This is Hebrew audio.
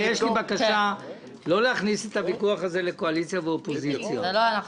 אם יש מישהו שכן יכול לפתור את זה וכנראה גם כן יפתור את זה זה רק אחד,